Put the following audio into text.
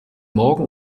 morgen